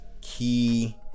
key